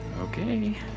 Okay